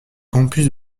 campus